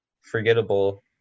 forgettable